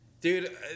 Dude